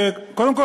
קודם כול,